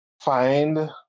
find